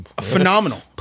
Phenomenal